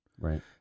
right